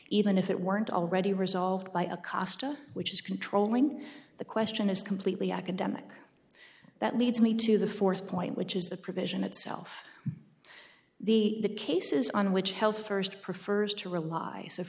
even if it weren't already resolved by a cost which is controlling the question is completely academic that leads me to the fourth point which is the provision itself the cases on which health first prefers to rely so for